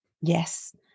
Yes